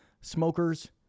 Smokers